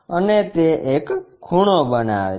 અને તે એક ખૂણો બનાવે છે